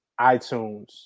iTunes